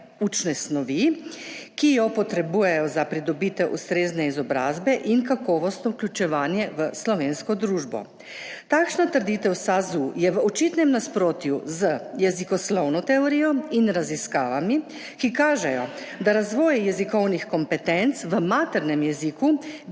učne snovi, ki jo potrebujejo za pridobitev ustrezne izobrazbe in kakovostno vključevanje v slovensko družbo. Takšna trditev SAZU je v očitnem nasprotju z jezikoslovno teorijo in raziskavami, ki kažejo, da razvoj jezikovnih kompetenc v maternem jeziku